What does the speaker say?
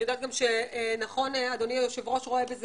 אני יודעת שגם אדוני היושב ראש רואה בזה